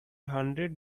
hundred